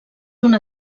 una